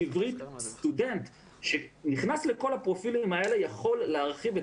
עברית - סטודנט שנכנס לכל הפרופילים האלה יכול להרחיב את